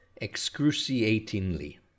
Excruciatingly